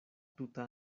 tuta